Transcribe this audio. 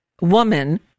woman